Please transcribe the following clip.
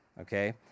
okay